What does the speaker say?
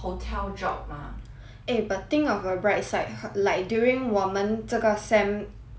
eh but think of your bright side like during 我们这个 sem 去 internship 的人 hor